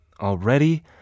already